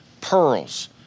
pearls